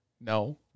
No